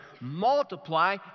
Multiply